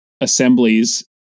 assemblies